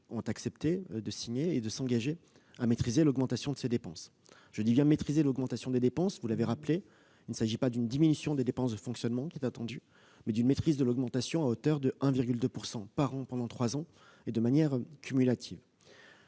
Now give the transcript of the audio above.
ont accepté de signer et de s'engager à maîtriser l'augmentation de ces dépenses. Je parle bien de « maîtriser » cette augmentation car, vous l'avez rappelé, c'est non pas une diminution des dépenses de fonctionnement qui est attendue, mais une maîtrise de leur augmentation à hauteur de 1,2 % par an pendant trois ans, et de manière cumulative.